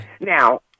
Now